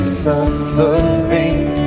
suffering